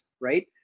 right